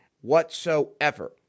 whatsoever